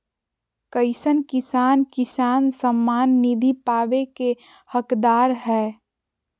कईसन किसान किसान सम्मान निधि पावे के हकदार हय?